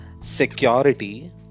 security